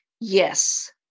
yes